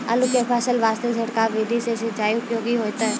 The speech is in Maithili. आलू के फसल वास्ते छिड़काव विधि से सिंचाई उपयोगी होइतै?